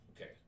okay